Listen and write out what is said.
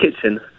kitchen